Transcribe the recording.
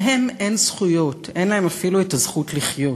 להם אין זכויות, אין להם אפילו את הזכות לחיות.